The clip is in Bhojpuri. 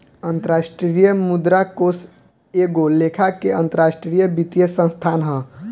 अंतरराष्ट्रीय मुद्रा कोष एगो लेखा के अंतरराष्ट्रीय वित्तीय संस्थान ह